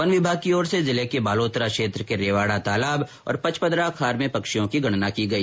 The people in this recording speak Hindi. वन विभाग की ओर से जिले के बालोतरा क्षेत्र के रेवाड़ा तालाब और पचपदरा खार में पक्षियों की गणना की गई